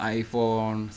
iphone